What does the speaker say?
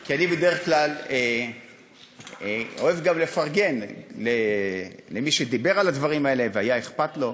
כי אני בדרך כלל אוהב גם לפרגן למי שדיבר על הדברים האלה והיה אכפת לו.